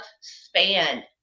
span